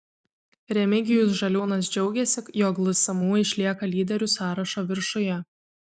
remigijus žaliūnas džiaugėsi jog lsmu išlieka lyderių sąrašo viršuje